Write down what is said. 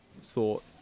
thought